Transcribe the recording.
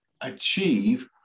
achieve